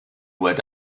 went